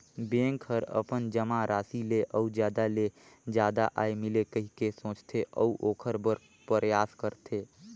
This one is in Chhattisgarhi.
बेंक हर अपन जमा राशि ले अउ जादा ले जादा आय मिले कहिके सोचथे, अऊ ओखर बर परयास करथे